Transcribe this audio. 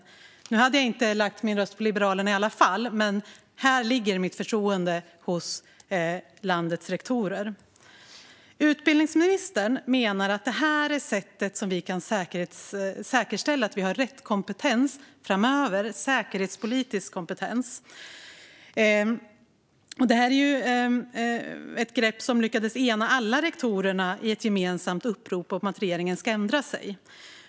Jag hade i vilket fall som helst inte lagt min röst på Liberalerna, men här har jag förtroende för landets rektorer. Utbildningsministern menar att det är på det här sättet vi kan säkerställa att vi har rätt säkerhetspolitisk kompetens framöver. Detta grepp gjorde att alla rektorer lyckades enas i ett gemensamt upprop för att regeringen ska ändra sig.